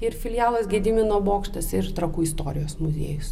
ir filialas gedimino bokštas ir trakų istorijos muziejus